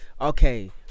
okay